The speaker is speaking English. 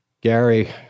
Gary